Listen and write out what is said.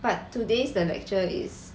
but today's the lecture is